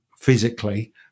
physically